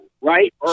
right